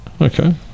Okay